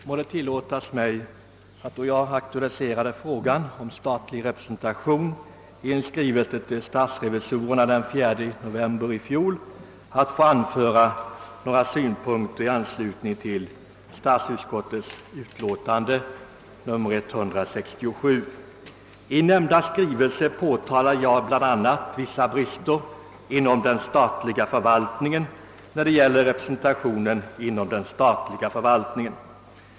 Må det tillåtas mig att, då jag har aktualiserat frågan om statlig representation i en skrivelse till statsrevisorerna den 4 november i fjol, få anföra några synpunkter i anslut I nämnda skrivelse påtalade jag bl.a. vissa brister när det gäller representationen inom den statliga förvaltningen.